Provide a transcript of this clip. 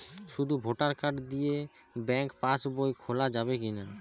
শুধু voter card দিয়ে bank pass বই খোলা যাবে কিনা?